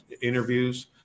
Interviews